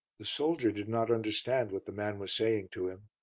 the soldier did not understand what the man was saying to him.